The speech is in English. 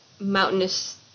mountainous